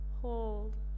hold